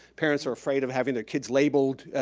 parents are afraid of having their kids labeled.